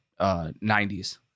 90s